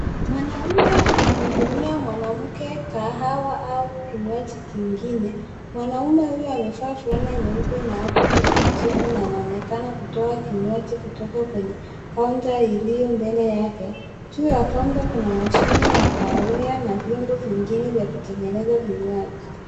Mwanaume akimhudumia mwanamke kahawa au kinywaji kingine. Mwanaume huyo amevaa fulana nyeupe na apron ya kijivu na anaonekana kutoa kinywaji kutoka kwenye kaunta iliyombele yake. Juu ya kaunta kuna mashine ya kahawia na vyombo vingine vya kutengeneza vinywaji.